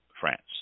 France